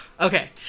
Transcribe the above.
Okay